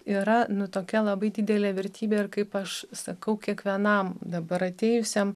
yra nu tokia labai didelė vertybė ir kaip aš sakau kiekvienam dabar atėjusiam